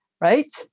Right